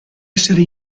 essere